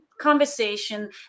conversation